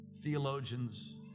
theologians